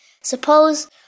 Suppose